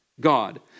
God